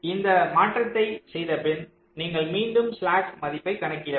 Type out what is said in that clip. இந்த மாற்றத்தைச் செய்தபின் நீங்கள் மீண்டும் ஸ்லாக் மதிப்பைக் கணக்கிட வேண்டும்